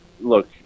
look